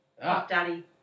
Daddy